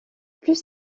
plus